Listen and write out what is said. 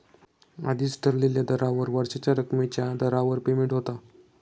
आधीच ठरलेल्या दरावर वर्षाच्या रकमेच्या दरावर पेमेंट होता